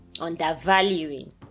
undervaluing